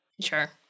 Sure